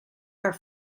are